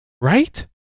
right